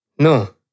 No